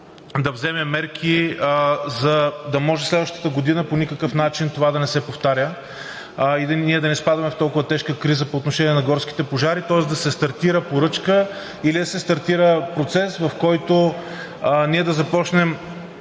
да вземе мерки, за да може следващата година по никакъв начин това да не се повтаря и ние да не изпадаме в толкова тежка криза по отношение на горските пожари, тоест да се стартира поръчка или да се стартира процес, в който ние да започнем